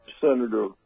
Senator